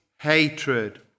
hatred